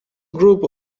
group